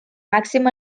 màxim